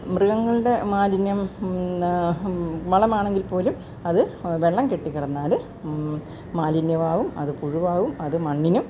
മൃഗങ്ങളുടെ മാലിന്യം വളമാണെങ്കിൽപ്പോലും അത് വെള്ളം കെട്ടി കിടന്നാല് മാലിന്യമാകും അത് പുഴുവാകും അത് മണ്ണിനും